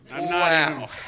Wow